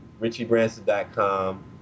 richiebranson.com